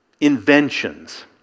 inventions